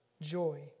joy